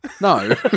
No